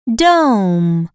dome